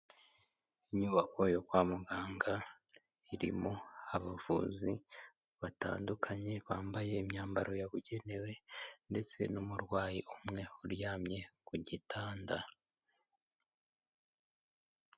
Inyubako yo kwa muganga iririmo abavuzi batandukanye bambaye imyambaro yabugenewe ndetse n'umurwayi umwe uryamye ku gitanda.